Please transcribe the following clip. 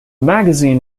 magazine